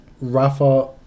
Rafa